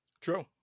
True